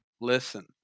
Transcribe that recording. Listen